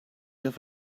have